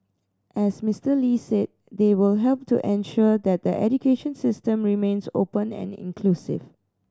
as Mister Lee said they will help to ensure that the education system remains open and inclusive